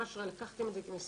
ממש לקחתם את זה כמשימה.